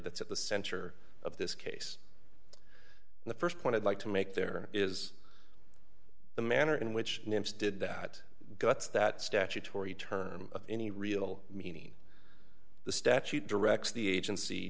that's at the center of this case the st point i'd like to make there is the manner in which names did that guts that statutory term of any real meaning the statute directs the agency